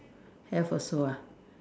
have also ah